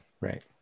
right